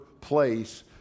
place